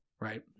right